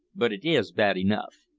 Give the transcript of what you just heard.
but it is bad enough.